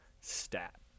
stat